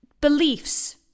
beliefs